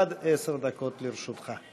עד עשר דקות לרשותך.